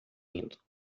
indo